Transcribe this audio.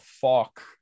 fuck